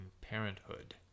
parenthood